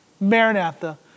Maranatha